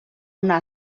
una